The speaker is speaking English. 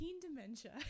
dementia